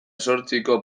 zortziko